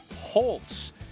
Holtz